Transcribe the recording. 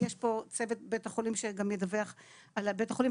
יש פה את צוות בית החולים שגם ידווח על בית החולים,